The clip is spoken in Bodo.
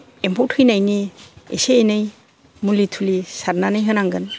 एम्फौ थैनायनि इसे एनै मुलि थुलि सारनानै होनांगोन